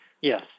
Yes